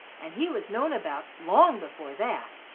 and he was known about, long before that.